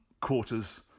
quarters